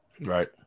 Right